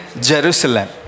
Jerusalem